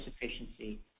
efficiency